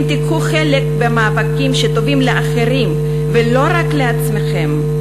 אם תיקחו חלק במאבקים שטובים לאחרים ולא רק לעצמכם,